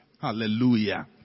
Hallelujah